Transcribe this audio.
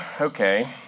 okay